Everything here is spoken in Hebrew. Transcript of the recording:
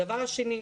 הדבר השני,